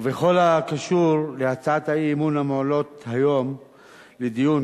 ובכל הקשור להצעות האי-אמון המועלות היום לדיון,